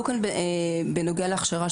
העלו כאן בנוגע להכשרה,